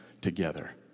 together